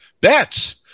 bets